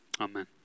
amen